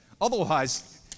Otherwise